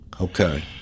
Okay